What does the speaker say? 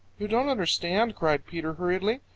you don't understand, cried peter hurriedly.